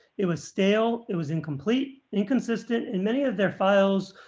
it was stale. it was incomplete inconsistent in many of their files.